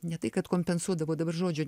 ne tai kad kompensuodavo dabar žodžio